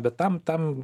bet tam tam